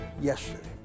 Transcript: yesterday